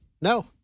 No